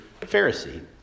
Pharisee